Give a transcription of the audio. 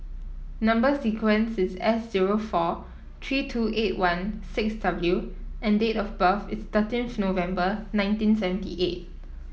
number sequence is S zero four three two eight one six W and date of birth is thirteenth November nineteen seventy eight